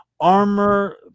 armor